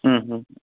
হয়